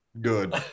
good